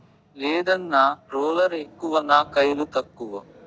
లేదన్నా, రోలర్ ఎక్కువ నా కయిలు తక్కువ